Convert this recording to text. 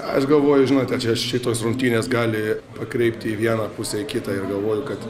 aš galvoju žinote čia šitos rungtynės gali pakreipti į vieną pusę į kitą ir galvoju kad